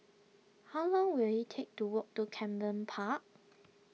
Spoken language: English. how long will it take to walk to Camden Park